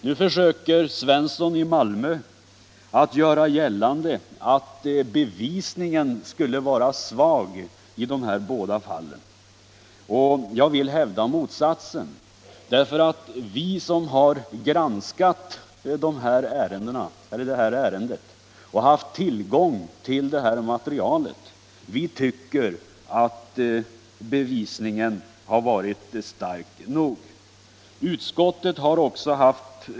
Nu försöker herr Svensson i Malmö göra gällande att bevisningen skulle vara svag i de här båda fallen. Jag vill hävda motsatsen, därför att vi som har granskat ärendet och haft tillgång till materialet ansett att bevisningen har varit stark nog.